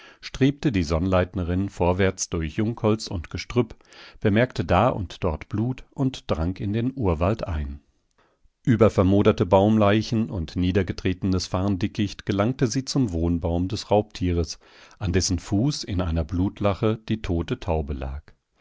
strebte die sonnleitnerin vorwärts durch jungholz und gestrüpp bemerkte da und dort blut und drang in den urwald ein über vermoderte baumleichen und niedergetretenes farndickicht gelangte sie zum wohnbaum des raubtieres an dessen fuß in einer blutlache die tote taube lag